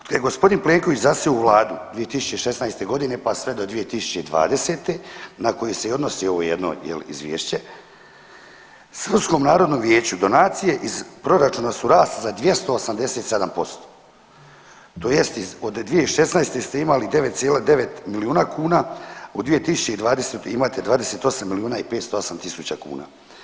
Od kad je gospodin Plenković zasjeo u vladu 2016. godine pa sve do 2020. na koju se i odnosi ovo jedno jel izvješće Srpskom narodnom vijeću donacije iz proračuna su rasle za 287% tj. od 2016. ste imali 9,9 milijuna kuna, u 2020. imate 28 milijuna i 508 tisuća kuna.